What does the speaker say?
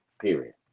period